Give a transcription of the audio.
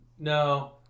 no